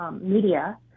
Media